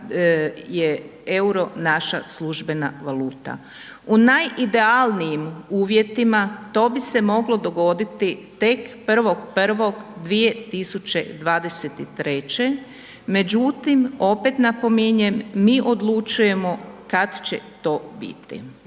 U najidealnijim uvjetima to bi se moglo dogoditi tek 1.1.2023., međutim opet napominjem mi odlučujemo kad će to biti.